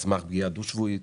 על סמך פגיעה דו-שבועית?